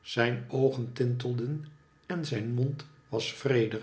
zijn oogen tintelden en zijn mond was wreeder